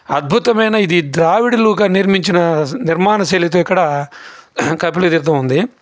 అద్భుతమైన ఇది ద్రావిడులు నిర్మించిన ఒక నిర్మాణ శైలితో ఇక్కడ కపిల తీర్థం ఉంది